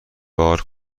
بار